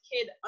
kid